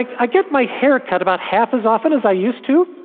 i get my hair cut about half as often as i used to,